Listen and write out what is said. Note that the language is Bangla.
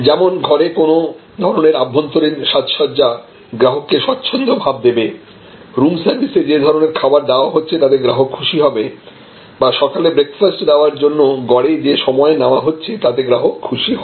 যেমন ঘরে কোন ধরনের আভ্যন্তরীণ সাজসজ্জা গ্রাহককে স্বচ্ছন্দ ভাব দেবে রুম সার্ভিসে যে ধরনের খাবার দেয়া হচ্ছে তাতে গ্রাহক খুশি হবে বা সকালে ব্রেকফাস্ট দেওয়ার জন্য গড়ে যে সময় নেওয়া হচ্ছে তাতে গ্রাহক খুশি হবে